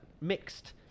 mixed